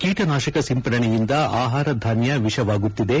ಕೀಟನಾಶಕ ಸಿಂಪಡಣೆಯಿಂದ ಆಹಾರ ಧಾನ್ಯ ವಿಷವಾಗುತ್ತಿದೆ